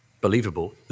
believable